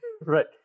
Right